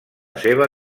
seva